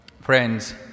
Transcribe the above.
Friends